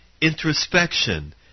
introspection